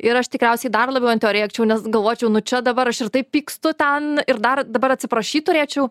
ir aš tikriausiai dar labiau ant jo rėkčiau nes galvočiau nu čia dabar aš ir taip pykstu ten ir dar dabar atsiprašyt turėčiau